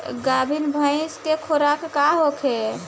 गाभिन भैंस के खुराक का होखे?